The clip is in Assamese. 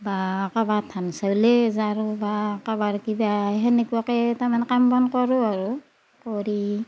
বা কাৰবাৰ ধান চাউলেই জাৰোঁ বা কাৰোবাৰ কিবা সেনেকুৱাকে তাৰমানে কাম বন কৰোঁ আৰু কৰি